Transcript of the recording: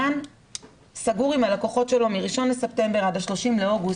גן סגור עם הלקוחות שלו מ-1 בספטמבר עד ה-30 באוגוסט,